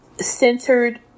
centered